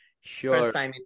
sure